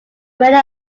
winner